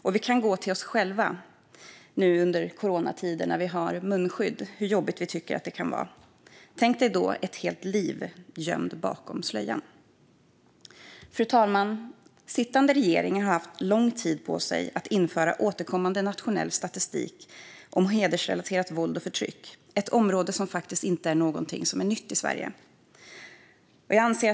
Och vi kan ju gå till oss själva nu under coronatiden och tänka på hur jobbigt det kan vara att ha munskydd. Tänk dig då ett helt liv gömd bakom slöjan! Fru talman! Den sittande regeringen har haft lång tid på sig att införa återkommande nationell statistik om hedersrelaterat våld och förtryck, ett område som faktiskt inte är något nytt i Sverige.